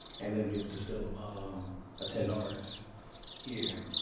and then be able to still ah um attend ours here.